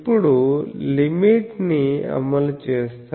ఇప్పుడు లిమిట్ ని అమలు చేస్తారు